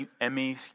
Emmy